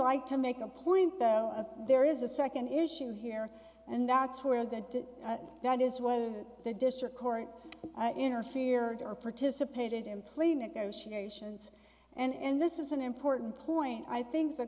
like to make a point though there is a second issue here and that's where the that is where the district court interfere or participated in plea negotiations and this is an important point i think the